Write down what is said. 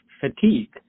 fatigue